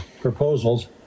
proposals